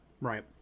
Right